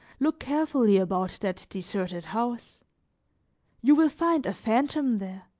look carefully about that deserted house you will find a fantom there,